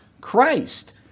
Christ